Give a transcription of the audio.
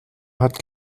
hat